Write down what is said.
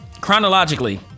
chronologically